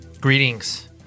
Greetings